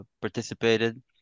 participated